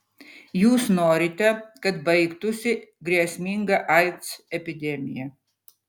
jūs norite kad baigtųsi grėsminga aids epidemija